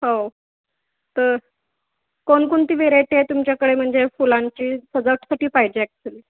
हो तर कोणकोणती वेरायटी आहे तुमच्याकडे म्हणजे फुलांची सजावटीसाठी पाहिजे ॲक्च्युली